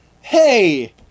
hey